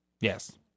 Yes